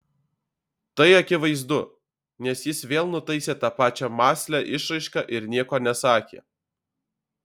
tai akivaizdu nes jis vėl nutaisė tą pačią mąslią išraišką ir nieko nesakė